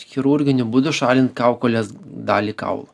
chirurginiu būdu šalint kaukolės dalį kaulo